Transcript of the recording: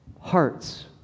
Hearts